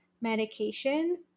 medication